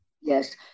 Yes